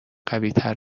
قویتر